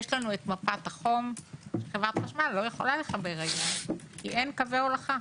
יש לנו את מפת החום שחברת החשמל לא יכולה לחבר היום כי אין קווי הולכה.